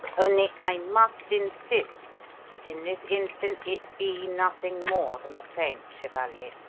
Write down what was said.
only, i must insist that in this instance it be nothing more than a feint, chevalier.